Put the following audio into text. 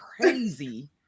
crazy